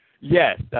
Yes